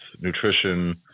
nutrition